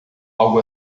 algo